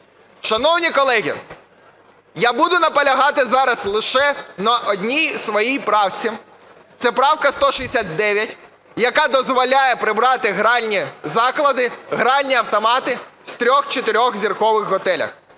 Шановні колеги, я буду наполягати зараз лише на одній своїй правці, це правка 169, яка дозволяє прибрати гральні заклади, гральні автомати з трьох-, чотирьохзіркових готелів.